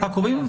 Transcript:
-- הקרובים.